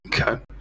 Okay